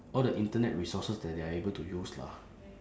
all the internet resources that they are able to use lah